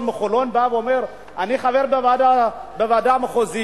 מחולון בא ואומר: אני חבר בוועדה המחוזית,